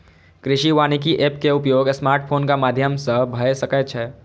कृषि वानिकी एप के उपयोग स्मार्टफोनक माध्यम सं भए सकै छै